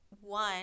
one